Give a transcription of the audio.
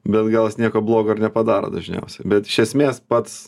bet gal jis nieko blogo ir nepadaro dažniausiai bet iš esmės pats